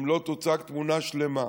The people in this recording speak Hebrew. אם לא תוצג תמונה שלמה.